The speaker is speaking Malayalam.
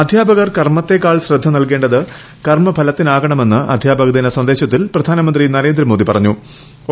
അധ്യാപകർ കർമ്മത്തേക്കാൾ ശ്രദ്ധ നൽകേണ്ടത്കർമ്മ ഫലത്തിനാകണമെന്ന് അധ്യാപക ദിന സന്ദേശത്തിൽ പ്രധാനമന്ത്രി നരേന്ദ്ര മോദി അഭിപ്രായപ്പെട്ടു